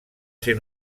ser